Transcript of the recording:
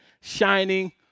shining